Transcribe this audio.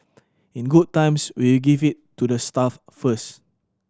in good times we give it to the staff first